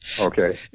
Okay